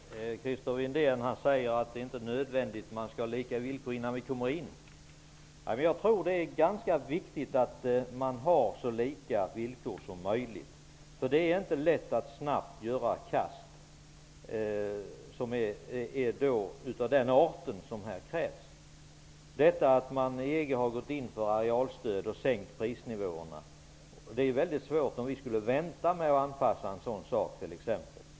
Herr talman! Christer Windén säger att det inte är nödvändigt med lika villkor innan Sverige kommer in i EG. Men jag tror att det är ganska viktigt att man har så lika villkor som möjligt. Det är nämligen inte lätt att snabbt göra kast som är av sådan art som här krävs. Att man i EG har gått in för arialstöd och sänkta prisnivåer gör det väldigt svårt för oss i Sverige att vänta med en anpassning till det.